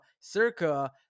circa